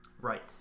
Right